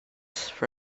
for